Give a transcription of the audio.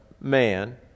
man